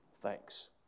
thanks